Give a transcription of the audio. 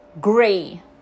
gray